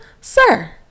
Sir